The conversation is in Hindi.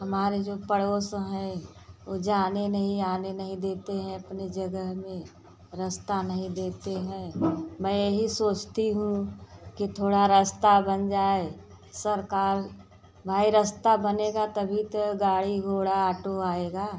हमारे जो पड़ोस हैं ओ जाने नहीं आने नहीं देते हैं अपने जगह में रास्ता नहीं देते हैं मैं यही सोचती हूँ कि थोड़ा रास्ता बन जाए सरकार भाई रास्ता बनेगा तभी तो गाड़ी घोड़ा आटो आएगा